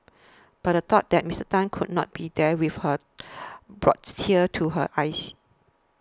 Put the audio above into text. but the thought that Mister Tan could not be there with her brought tears to her eyes